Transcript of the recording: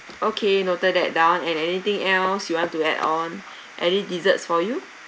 okay noted that down and anything else you want to add on any desserts for you